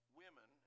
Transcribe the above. women